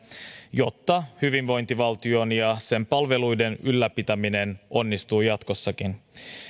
jotta hyvinvointivaltion ja sen palveluiden ylläpitäminen onnistuu jatkossakin